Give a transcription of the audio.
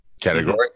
category